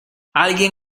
alguien